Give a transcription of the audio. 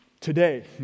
today